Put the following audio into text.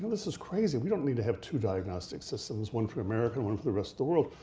this is crazy. we don't need to have two diagnostic systems, one for america, one for the rest of the world,